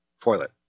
toilet